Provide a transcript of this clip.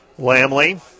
Lamley